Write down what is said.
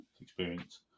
experience